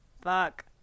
fuck